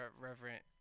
reverent